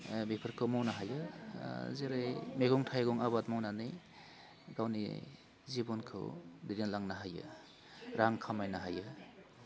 बेफोरखौ मावनो हायो ओह जेरै मैगं थाइगं आबाद मावनानै गावनि जिबनखौ दैदेलांनो हायो रां खामायनो हायो